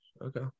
Okay